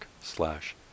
slash